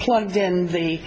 plugged in the